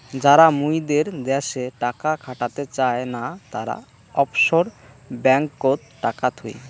যারা মুইদের দ্যাশে টাকা খাটাতে চায় না, তারা অফশোর ব্যাঙ্ককোত টাকা থুই